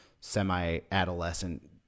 semi-adolescent